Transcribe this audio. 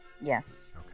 Yes